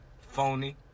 Phony